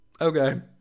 okay